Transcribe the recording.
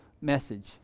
message